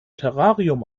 terrarium